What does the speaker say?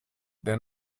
der